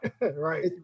right